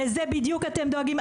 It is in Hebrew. לזה בדיוק אתם דואגים,